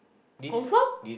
confirm